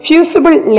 Fusible